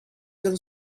kan